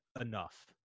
enough